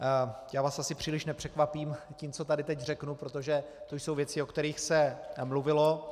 Já vás asi příliš nepřekvapím tím, co tady teď řeknu, protože jsou to věci, o kterých se mluvilo.